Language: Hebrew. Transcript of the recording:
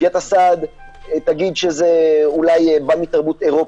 פקידת הסעד תגיד שזה אולי בא מתרבות אירופית.